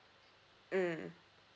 mm